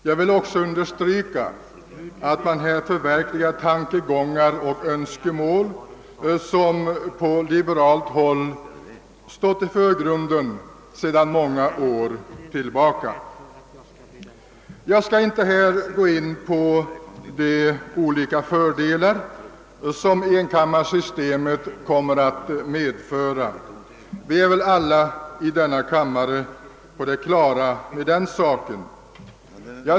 Jag vill också understryka att man härigenom förverkligar tankegångar och önskemål som på liberalt håll stått i förgrunden i många år. Jag skall inte gå in på de olika fördelar och nackdelar som systemet kommer att medföra — vi är väl alla i denna kammare på det klara med dem.